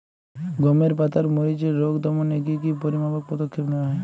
গমের পাতার মরিচের রোগ দমনে কি কি পরিমাপক পদক্ষেপ নেওয়া হয়?